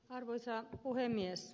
arvoisa puhemies